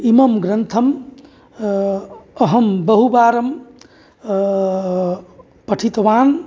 इमं ग्रन्थं अहं बहुबारं पठितवान्